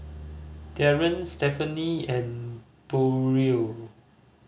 Darren Stefanie and Burrell